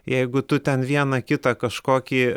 jeigu tu ten vieną kitą kažkokį